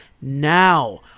now